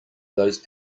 those